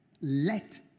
Let